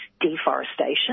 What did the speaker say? deforestation